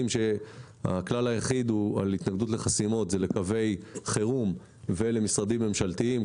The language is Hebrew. הכלל היחיד להתנגדות לחסימות זה לקווי חירות ולמשרדים ממשלתיים,